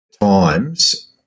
times